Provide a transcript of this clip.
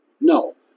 No